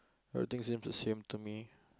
everything seems the same to me